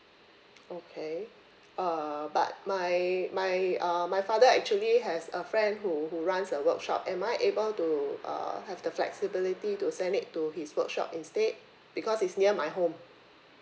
okay uh but my my uh my father actually has a friend who who runs a workshop am I able to uh have the flexibility to send it to his workshop instead because is near my home